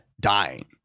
dying